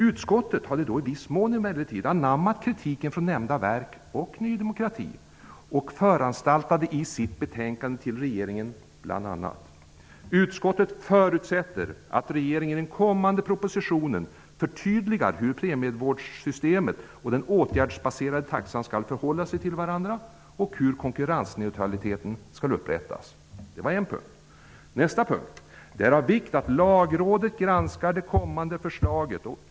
Utskottet hade dock i viss mån anammat kritiken från nämnda verk och Ny demokrati och föranstaltade i sitt betänkande till regeringen bl.a.: Utskottet förutsätter att regeringen i den kommande propositionen förtydligar hur premievårdssystemet och den åtgärdsbaserade taxan skall förhålla sig till varandra och hur konkurrensneutraliteten skall upprätthållas. Vidare sades att det är av vikt att Lagrådet granskar det kommande förslaget.